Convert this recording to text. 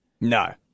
no